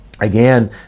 again